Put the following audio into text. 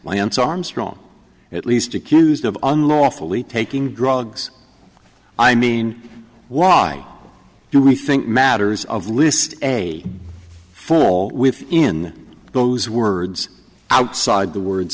lance armstrong at least accused of unlawfully taking drugs i mean why do we think matters of list a fall within those words outside the words